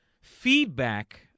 feedback